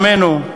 עמנו,